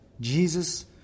Jesus